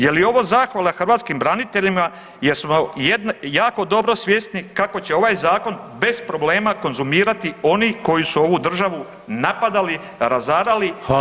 Je li ovo zahvala hrvatskim braniteljima jer su jako dobro svjesni kako će ovaj zakon bez problema konzumirati oni koji su ovu državu napadali, razarali [[Upadica: Hvala.]] ode vrijeme.